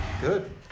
Good